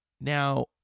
Now